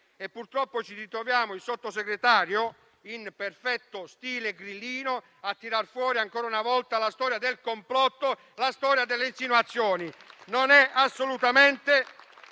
purtroppo ci ritroviamo il Sottosegretario, in perfetto stile grillino, a tirar fuori ancora una volta la storia del complotto e la storia delle insinuazioni.